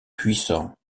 puissants